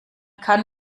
kann